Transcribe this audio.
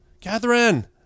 Catherine